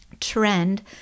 trend